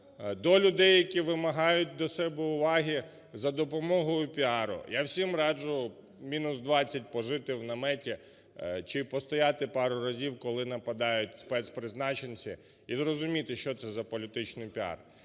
до людей, які вимагають до себе уваги за допомогою піару, – я всім раджу в мінус 20 пожити в наметі чи постояти пару разів, коли нападають спецпризначенці, і зрозуміти, що це за політичний піар.